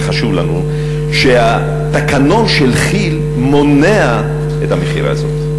זה חשוב לנו שהתקנון של כי"ל מונע את המכירה הזאת.